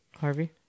Harvey